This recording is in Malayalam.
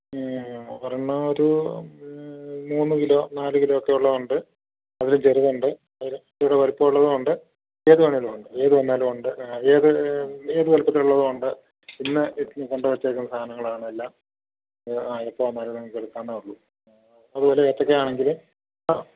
ഒരെണ്ണം ഒരു മൂന്ന് കിലോ നാല് കിലോ ഒക്കെയുള്ളത് ഉണ്ട് അതിലും ചെറുത് ഉണ്ട് അതിൽ കുറെ വലിപ്പമുള്ളത് ഉണ്ട് ഏത് വേണമെങ്കിലും ഉണ്ട് ഏത് വന്നാലും ഉണ്ട് ഏത് ഏത് വലിപ്പത്തിലുള്ളത് ഉണ്ട് ഇന്ന് കൊണ്ടുവച്ചേക്കുന്ന സാധനങ്ങൾ ആണെല്ലാം ആ എപ്പം വന്നാലും നിങ്ങൾക്ക് എടുക്കാവുന്നതേ ഉള്ളു അതുപോലെ ഏത്തയ്ക്ക ആണെങ്കിൽ അ